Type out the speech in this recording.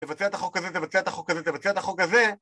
תבצע את החוק הזה, תבצע את החוק הזה, תבצע את החוק הזה!